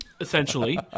essentially